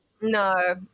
no